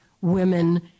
women